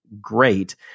great